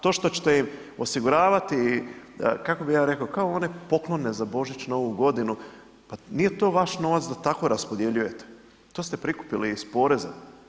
To što ćete im osiguravati, kako bi ja rekao kao one poklone za Božić i Novu godinu, pa nije to vaš novac da tako raspodjeljujete, to ste prikupili iz poreze.